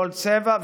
כל צבע,